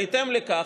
בהתאם לכך,